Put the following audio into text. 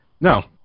No